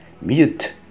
mute